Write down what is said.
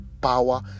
power